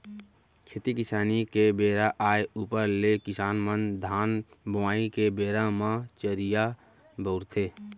खेती किसानी के बेरा आय ऊपर ले किसान मन धान बोवई के बेरा म चरिहा बउरथे